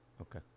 okay